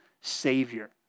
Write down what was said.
savior